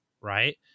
right